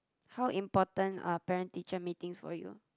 how important are parent teacher Meetings for you